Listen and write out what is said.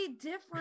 different